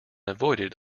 avoided